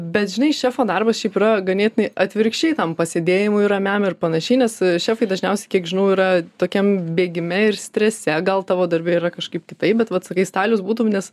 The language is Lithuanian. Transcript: bet žinai šefo darbas šiaip yra ganėtinai atvirkščiai tam pasėdėjimui ramiam ir panašiai nes šefai dažniausiai kiek žinau yra tokiam bėgime ir strese gal tavo darbe yra kažkaip kitaip bet vat sakai stalius būtum nes